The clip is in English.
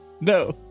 No